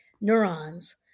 neurons